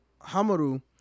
Hamaru